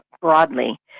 broadly